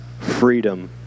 freedom